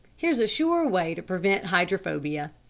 here's a sure way to prevent hydrophobia.